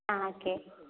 ആ ഓക്കെ